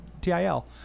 TIL